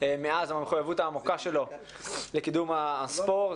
מאז המחויבות העמוקה שלו לקידום הספורט,